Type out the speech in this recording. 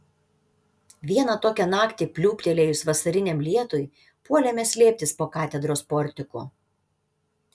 vieną tokią naktį pliūptelėjus vasariniam lietui puolėme slėptis po katedros portiku